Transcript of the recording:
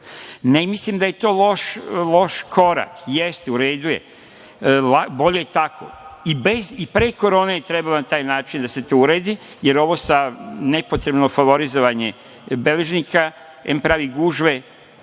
mislim da je to loš korak, jeste, u redu, bolje tako i pre Korone je trebalo na taj način da se to uredi, jer ovo nepotrebno favorizovanje beležnika, em pravi gužve,